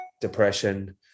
depression